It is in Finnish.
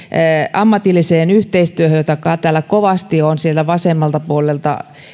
ammatilliseen yhteistyöhön josta täällä kovasti on vasemmalta puolelta